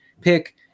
pick